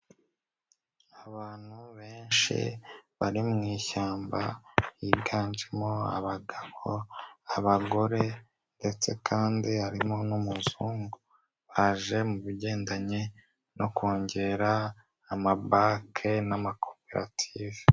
Abantu benshi bari mu ishyamba biganjemo abagabo, abagore ndetse kandi harimo n'umuzungu, baje mu bigendanye no kongera amabanke n'amakoperative.